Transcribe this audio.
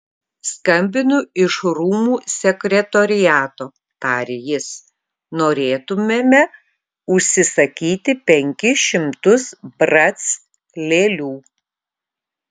skambinu iš rūmų sekretoriato tarė jis norėtumėme užsisakyti penkis šimtus brac lėlių